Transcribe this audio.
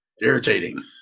Irritating